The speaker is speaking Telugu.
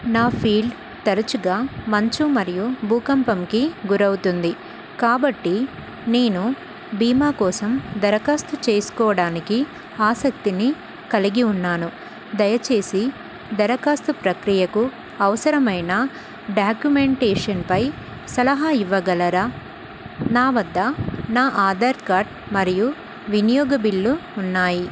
నా ఫీల్డ్ తరచుగా మంచు మరియు భూకంపంకి గురవుతుంది కాబట్టి నేను బీమా కోసం దరఖాస్తు చేసుకోవడానికి ఆసక్తిని కలిగి ఉన్నాను దయచేసి దరఖాస్తు ప్రక్రియకు అవసరమైన డాక్యుమెంటేషన్పై సలహా ఇవ్వగలరా నా వద్ద నా ఆధార్ కార్డ్ మరియు వినియోగ బిల్లు ఉన్నాయి